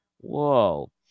Whoa